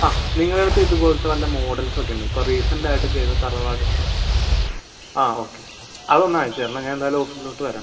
ആ നിങ്ങളുടെ അടുത്ത് ഇത് പോലത്തെ വല്ല മോഡൽസൊക്കെയുണ്ട് ഇപ്പോൾ റീസെൻ്റായിട്ട് ചെയ്ത തറവാട് സ്റ്റൈൽ ആ ഓക്കെ ആ അതൊന്നയച്ചുതരണേ ഞാൻ എന്തായാലും ഓഫീസിലോട്ട് വരാം